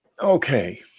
Okay